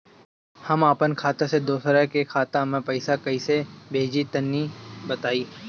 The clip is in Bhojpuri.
हम आपन खाता से दोसरा के खाता मे पईसा कइसे भेजि तनि बताईं?